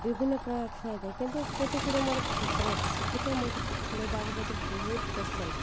ବିଭିନ୍ନ ପ୍ରକାର ଖେଳାଯାଏ କିନ୍ତୁ କେତେ ଗୁଡ଼ା ମୋର ଫେବୋରାଇଟ୍ ସେଥିପାଇଁ ମୋତେ ଖେଳିବାକୁ ମୋତେ ବହୁତ ପସନ୍ଦ